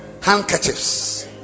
Handkerchiefs